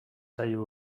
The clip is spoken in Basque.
zaio